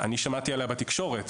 אני שמעתי עליה בתקשורת,